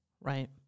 Right